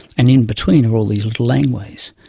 and in between are all these little laneways.